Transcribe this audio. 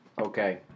Okay